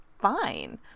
fine